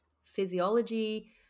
physiology